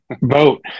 Vote